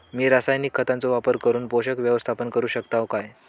मी रासायनिक खतांचो वापर करून पोषक व्यवस्थापन करू शकताव काय?